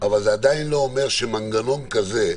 זה עדיין לא אומר שמנגנון כזה,